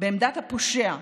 בעמדת הפושע,